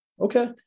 Okay